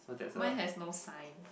mine have no sign